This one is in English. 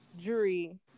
jury